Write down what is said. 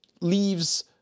leaves